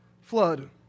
flood